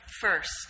first